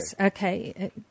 okay